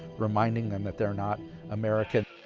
reminding them that they're not american.